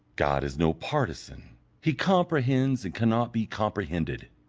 god is no partisan he comprehends and cannot be comprehended,